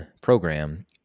program